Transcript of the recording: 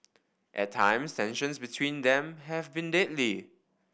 at times tensions between them have been deadly